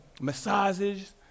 massages